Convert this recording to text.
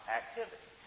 activity